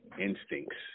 instincts